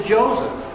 Joseph